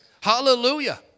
Hallelujah